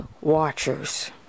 watchers